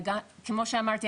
כמו שאמרתי,